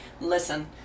Listen